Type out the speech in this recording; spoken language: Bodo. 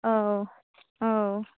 औ औ